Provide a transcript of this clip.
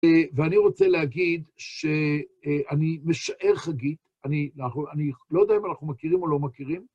ואני רוצה להגיד שאני משער, חגית, אני לא יודע אם אנחנו מכירים או לא מכירים,